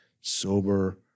sober